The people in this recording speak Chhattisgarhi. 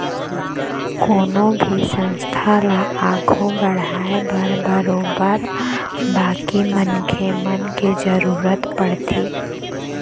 कोनो भी संस्था ल आघू बढ़ाय बर बरोबर बाकी मनखे मन के जरुरत पड़थे